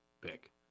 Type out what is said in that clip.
pick